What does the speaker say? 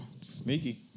Sneaky